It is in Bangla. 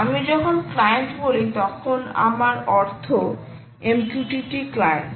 আমি যখন ক্লায়েন্ট বলি তখন আমার অর্থ MQTT ক্লায়েন্ট